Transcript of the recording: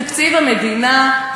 תקציב המדינה,